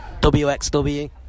WXW